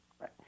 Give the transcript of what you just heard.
right